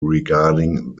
regarding